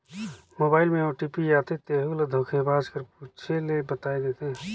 mobile में OTP आथे तेहू ल धोखेबाज कर पूछे ले बताए देथे